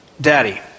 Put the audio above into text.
Daddy